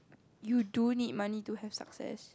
you do need money to have success